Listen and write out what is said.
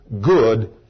good